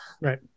Right